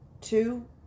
two